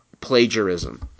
plagiarism